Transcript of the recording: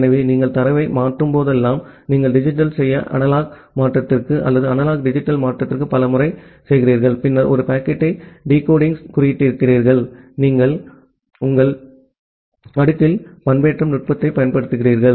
எனவே நீங்கள் தரவை மாற்றும் போதெல்லாம் நீங்கள் டிஜிட்டல் செய்ய அனலாக் மாற்றத்திற்கு அல்லது அனலாக் டிஜிட்டல் மாற்றத்திற்கு பல முறை செய்கிறீர்கள் பின்னர் ஒரு பாக்கெட்டை டிகோடிங் குறியீடாக்குகிறீர்கள் நீங்கள் உடல் அடுக்கில் பண்பேற்றம் நுட்பத்தைப் பயன்படுத்துகிறீர்கள்